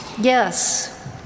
Yes